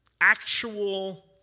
actual